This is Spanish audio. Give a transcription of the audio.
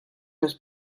los